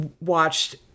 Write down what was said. watched